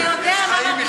אתה יודע איך העם מרגיש?